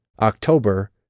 October